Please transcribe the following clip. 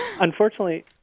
Unfortunately –